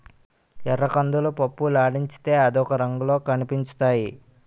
ఎర్రకందులు పప్పులాడించితే అదొక రంగులో కనిపించుతాయి